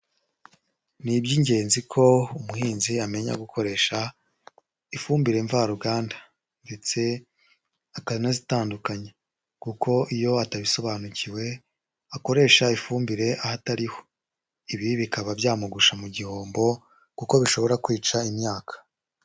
Ni iby'ingenzi ko umuhinzi amenya gukoresha ifumbire mvaruganda ndetse akanazitandukanya, kuko iyo atabisobanukiwe akoresha ifumbire ahatariho, ibi bikaba byamugusha mu gihombo kuko bishobora kwica imyaka.